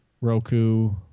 Roku